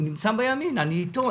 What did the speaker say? הוא נמצא בימין ואני איתו.